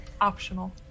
Optional